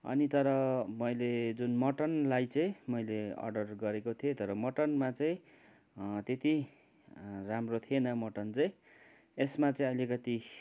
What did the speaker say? अनि तर मैले जुन मटनलाई चाहिँ मैले अर्डर गरेको थिएँ तर मटनमा चाहिँ त्यति राम्रो थिएन मटन चाहिँ यसमा चाहिँ अलिकति